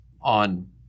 on